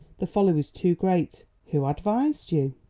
the folly was too great. who advised you?